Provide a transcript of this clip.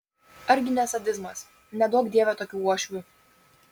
ar gi ne sadizmas neduok dieve tokių uošvių